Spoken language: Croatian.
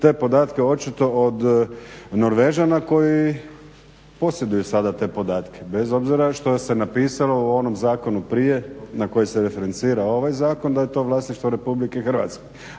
te podatke očito od Norvežana koji posjeduju sada te podatke bez obzira što se napisalo u onom zakonu prije na koji se referira ovaj zakon da je to vlasništvo RH. A ne može